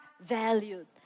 valued